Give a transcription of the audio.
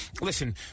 listen